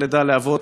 לאבות.